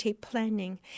planning